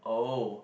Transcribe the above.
oh